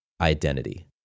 identity